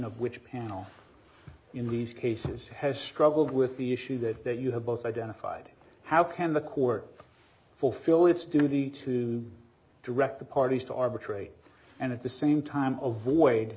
of which panel in these cases has struggled with the issue that you have both identified how can the court fulfill its duty to direct the parties to arbitrate and at the same time ovoid